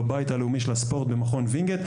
בבית הלאומי של הספורט במכון וינגייט,